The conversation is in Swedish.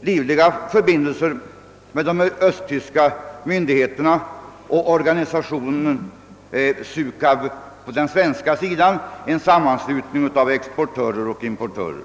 livliga förbindelser mellan de östtyska myndigheterna och den svenska organisationen Sukab, en sammanslutning av importörer och exportörer.